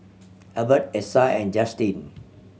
Elbert Essa and Justyn